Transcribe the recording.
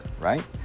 right